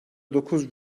dokuz